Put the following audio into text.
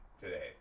today